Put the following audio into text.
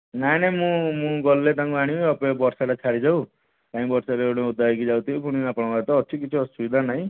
ନାଇଁ ନାଇଁ ମୁଁ ମୁଁ ଗଲେ ତାଙ୍କୁ ଆଣିବି ଅପେକ୍ଷା ବର୍ଷାଟା ଛାଡ଼ିଯାଉ କାଇଁ ବର୍ଷାରେ ଗୋଟେ ଓଦା ହେଇକି ଯାଉଥିବି ପୁଣି ଆପଣଙ୍କ ପାଖରେ ତ ଅଛି କିଛି ଅସୁବିଧା ନାଇଁ